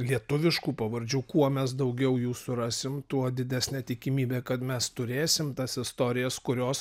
lietuviškų pavardžių kuo mes daugiau jų surasim tuo didesnė tikimybė kad mes turėsim tas istorijas kurios